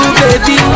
baby